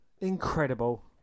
Incredible